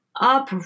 up